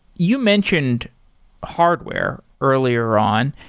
you mentioned hardware earlier on.